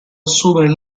assumere